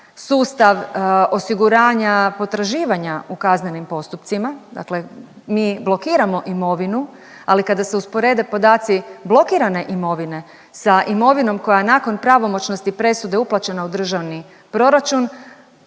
sustav osiguranja potraživanja u kaznenim postupcima, dakle mi blokiramo imovinu, ali kada se usporede podaci blokirane imovine sa imovinom koja je nakon pravomoćnosti presude uplaćena u državni proračun